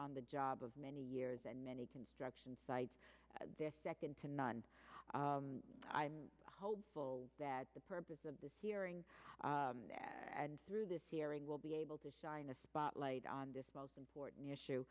on the job of many years and many construction sites their second to none i'm hopeful that the purpose of this hearing and through this hearing will be able to shine a spotlight on this most important issue